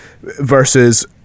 versus